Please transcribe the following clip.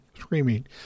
screaming